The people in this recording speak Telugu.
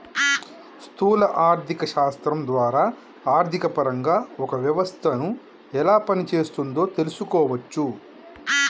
స్థూల ఆర్థిక శాస్త్రం ద్వారా ఆర్థికపరంగా ఒక వ్యవస్థను ఎలా పనిచేస్తోందో తెలుసుకోవచ్చు